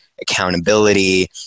accountability